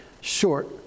short